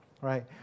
right